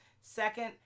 Second